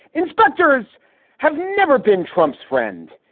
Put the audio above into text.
inspectors have never been trump's friend.